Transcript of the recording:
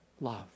love